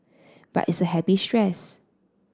but it's happy stress